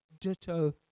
ditto